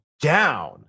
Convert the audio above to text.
down